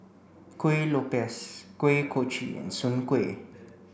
Kuih Lopes Kuih Kochi and Soon Kway